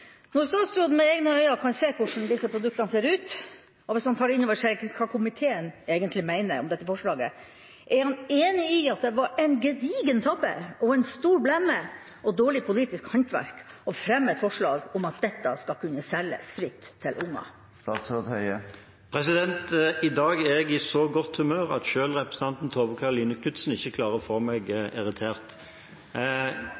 Når statsråden med egne øyne kan se hvordan disse produktene ser ut – og hvis han tar inn over seg hva komiteen egentlig mener om dette forslaget: Er han enig i at det var en gedigen tabbe, en stor blemme og dårlig politisk håndverk å fremme et forslag om at dette skal kunne selges fritt til unger? I dag er jeg i så godt humør at selv representanten Tove Karoline Knutsen ikke klarer å få meg